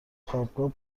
خوابگاه